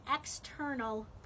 external